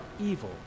evil